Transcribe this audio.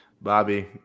Bobby